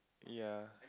ya